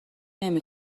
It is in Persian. نمی